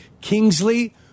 Kingsley